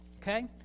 okay